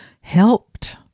helped